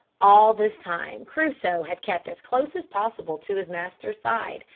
all this time crusoe had kept as close as possible to his master's side,